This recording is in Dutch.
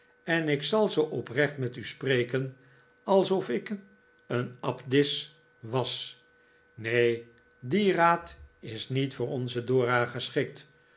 en ik zal zoo oprecht met u spreken alsof ik een abdis was neen die raad is niet voor onze dora geschikt